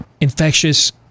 infectious